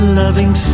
loving